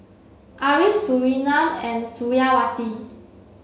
Ariff Surinam and Suriawati